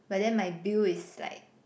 but then my bill is like